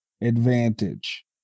advantage